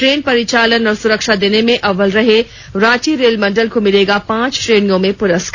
train परिचालन और सुरक्षा देने में अव्वल रहे रांची रेल मंडल को मिलेगा पांच श्रेणियों में पुरस्कार